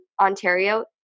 Ontario